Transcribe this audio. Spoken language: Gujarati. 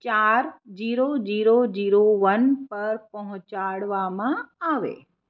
ચાર જીરો જીરો જીરો વન પર પહોંચાડવામાં આવે